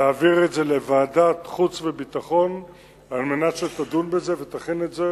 להעביר את זה לוועדת החוץ והביטחון על מנת שתדון בזה ותכין את זה